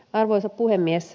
arvoisa puhemies